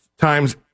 times